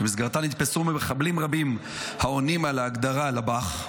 שבמסגרתה נתפסו מחבלים רבים העונים על ההגדרה לב"ח,